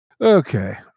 Okay